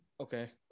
Okay